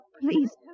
please